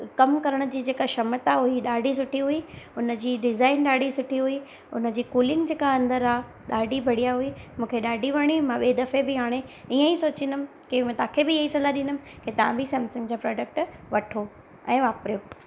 कमु करण जी जेका क्षमता हुई ॾाढी सुठी हुई हुनजी डिजाइन ॾाढी सुठी हुई हुनजी कुलिंग जेका अंदरि आहे ॾाढी बढ़िया हुई मूंखे ॾाढी वणी मां ॿिएं दफ़े बि हाणे इअं ई सोचींदमि की तव्हांखे बि इअं ई सलाह ॾींदमि की तव्हां बि सैमसंग जा प्रोडक्ट वठो ऐं वापरियों